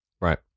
right